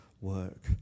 work